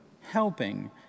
helping